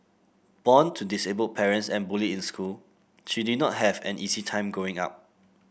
born to disabled parents and bullied in school she did not have an easy time Growing Up